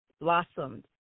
blossomed